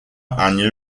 annually